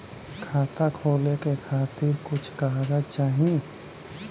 खाता खोले के खातिर कुछ कागज चाही?